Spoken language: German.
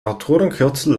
autorenkürzel